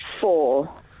four